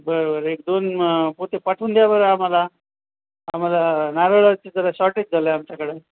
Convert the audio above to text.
बरं बरं एक दोन पोते पाठवून द्या बरं आम्हाला आम्हाला नारळाची जरा शॉर्टेज झालं आहे आमच्याकडे